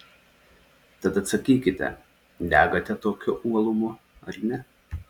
tad atsakykite degate tokiu uolumu ar ne